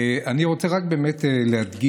אני רוצה רק להדגיש